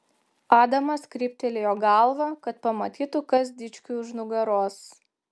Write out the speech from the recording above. adamas kryptelėjo galvą kad pamatytų kas dičkiui už nugaros